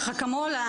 "קח אקמול"